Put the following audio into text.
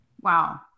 Wow